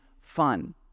fun